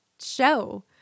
show